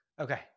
okay